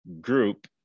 group